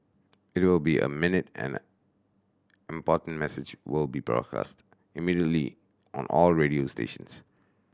it will be a minute and important message will be broadcast immediately on all radio stations